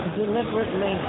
deliberately